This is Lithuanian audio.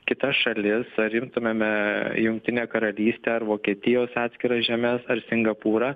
kita šalis ar imtumėme jungtinę karalystę ar vokietijos atskiras žemes ar singapūrą